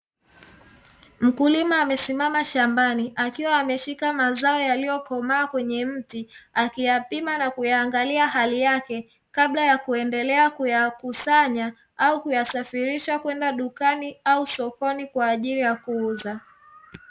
Mkulima amesimama shambani akiwa ameshika mazao yaliyokomaa kwenye mti akiyapima na kuyaangalia hali yake, kabla ya kuendelea kuyakusanya au kuyasafirisha kwenda dukani au sokoni kwa ajili ya kuuza.